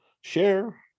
share